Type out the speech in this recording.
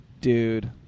dude